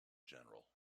general